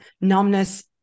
numbness